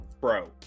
bro